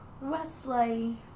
Wesley